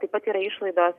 taip pat yra išlaidos